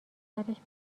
سرش